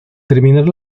terminar